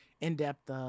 in-depth